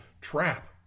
trap